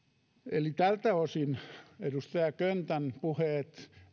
eli tältä osin edustaja köntän puheet